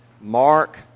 Mark